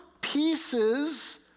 pieces